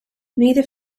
neither